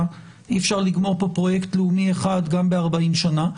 אי אפשר לגמור פה פרויקט לאומי אחד גם ב-40 שנים,